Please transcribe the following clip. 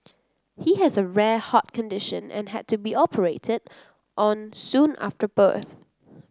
he has a rare heart condition and had to be operated on soon after birth